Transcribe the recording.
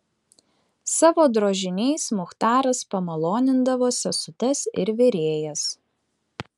savo drožiniais muchtaras pamalonindavo sesutes ir virėjas